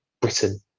Britain